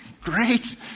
great